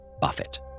Buffett